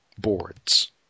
boards